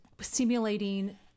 simulating